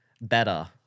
better